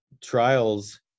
trials